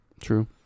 True